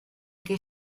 que